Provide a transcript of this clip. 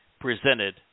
presented